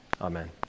Amen